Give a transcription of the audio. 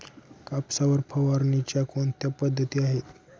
कापसावर फवारणीच्या कोणत्या पद्धती आहेत?